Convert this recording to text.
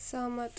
सहमत